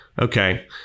Okay